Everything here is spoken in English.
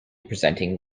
presenting